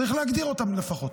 צריך להגדיר אותם לפחות.